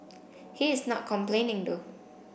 he is not complaining though